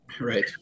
Right